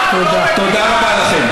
תודה רבה לכם.